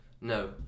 No